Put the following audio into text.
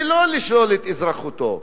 ולא לשלול את אזרחותו.